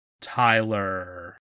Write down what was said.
Tyler